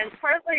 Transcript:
partly